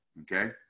okay